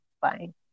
fine